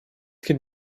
can